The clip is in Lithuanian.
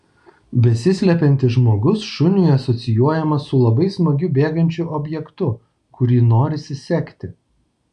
besislepiantis žmogus šuniui asocijuojamas su labai smagiu bėgančiu objektu kurį norisi sekti